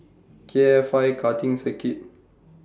K F I Karting Circuit